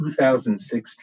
2016